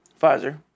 Pfizer